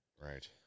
Right